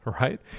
right